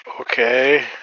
Okay